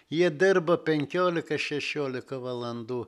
jie dirba penkiolika šešiolika valandų